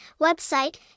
Website